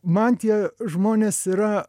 man tie žmonės yra